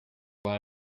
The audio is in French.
voilà